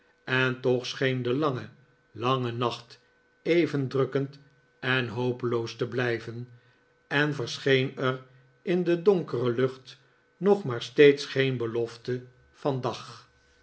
en toch scheen de lange lange nacht even drukkend en hopeloos te blijven en verscheen er in de donkere lucht nog maar steeds geen belofte